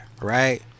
right